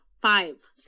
five